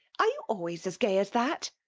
are you always as gay as that?